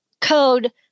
code